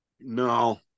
No